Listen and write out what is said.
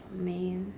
man